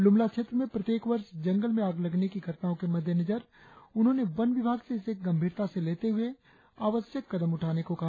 लुमला क्षेत्र में प्रत्येक वर्ष जंगल में आग लगने की घटनाओं के मद्देनजर उन्होंने वन विभाग से इसे गंभीरता से लेते हुए आवश्यक कदम उठाने को कहा